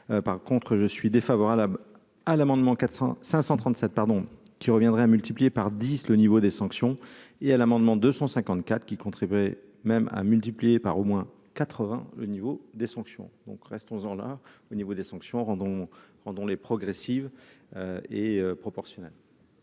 par contre je suis défavorable à l'amendement 400 537 pardon qui reviendrait à multiplier par 10 le niveau des sanctions et à l'amendement 254 qui contribuerait même à multiplier par au moins 80 au niveau des sanctions donc restons-en là, au niveau des sanctions rendons rendons les progressive et proportionnelle.